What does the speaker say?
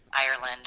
Ireland